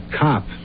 cop